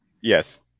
Yes